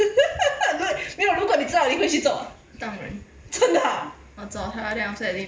没有如果你知道你会去揍啊真的啊